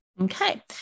Okay